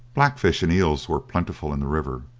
blackfish and eels were plentiful in the river,